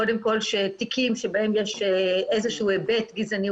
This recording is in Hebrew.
קודם כל בתיקים שבהם יש איזה שהוא היבט גזעני,